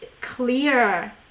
clear